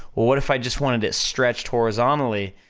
well what if i just wanted it stretched horizontally,